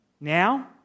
now